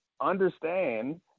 understand